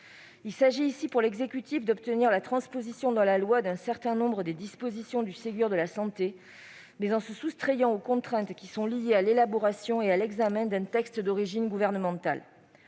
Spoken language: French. Il s'agit pour l'exécutif d'obtenir la transposition dans la loi d'un certain nombre des dispositions du Ségur de la santé, mais en se soustrayant aux contraintes qui sont liées à l'élaboration et à l'examen d'un texte d'origine gouvernementale.